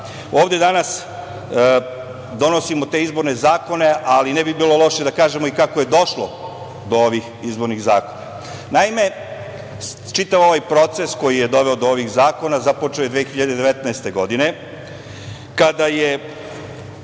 danas donosimo te izborne zakone, ali ne bi bilo loše da kažemo i kako je došlo do ovih izbornih zakona. Naime, čitav ovaj proces koji doveo do ovih zakona započeo je 2019. godine, kada je